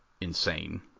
insane